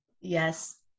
Yes